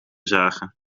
zagen